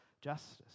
justice